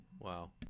Wow